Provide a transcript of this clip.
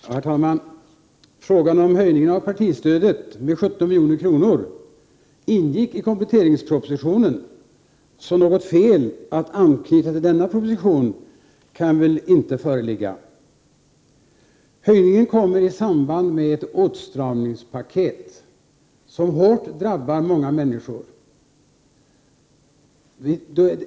Herr talman! Frågan om höjningen av partistödet med 17 milj.kr. ingick i kompletteringspropositionen. Det kan knappast vara fel att anknyta till denna proposition. Men höjningen kommer i samband med ett åtstramningspaket som hårt drabbar många människor.